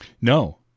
No